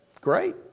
Great